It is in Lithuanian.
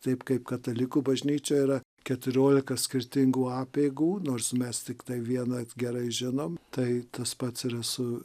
taip kaip katalikų bažnyčioj yra keturiolika skirtingų apeigų nors mes tiktai vieną gerai žinom tai tas pats yra su